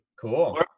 cool